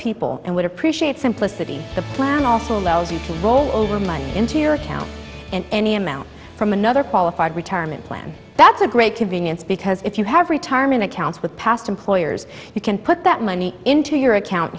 people and would appreciate simplicity the plan also allows you roll over money into your account and any amount from another qualified retirement plan that's a great convenience because if you have retirement accounts with past employers you can put that money into your account